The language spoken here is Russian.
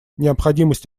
необходимость